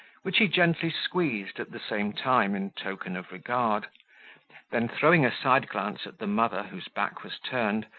which he gently squeezed at the same time in token of regard then throwing a side-glance at the mother, whose back was turned,